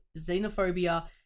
xenophobia